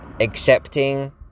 accepting